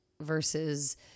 versus